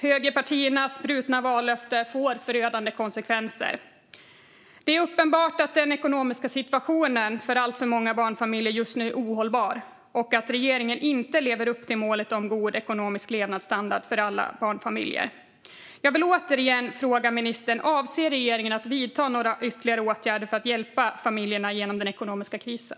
Högerpartiernas brutna vallöfte får förödande konsekvenser. Det är uppenbart att den ekonomiska situationen just nu är ohållbar för alltför många barnfamiljer och att regeringen inte lever upp till målet om god ekonomisk levnadsstandard för alla barnfamiljer. Jag vill återigen fråga ministern: Avser regeringen att vidta några ytterligare åtgärder för att hjälpa familjerna genom den ekonomiska krisen?